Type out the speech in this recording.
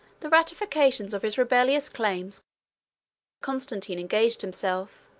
the ratification of his rebellious claims constantine engaged himself,